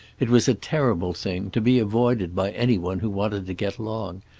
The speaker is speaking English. it was a terrible thing, to be avoided by any one who wanted to get along,